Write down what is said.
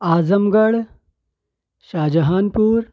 اعظم گڑھ شاہجہان پور